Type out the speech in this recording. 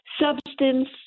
substance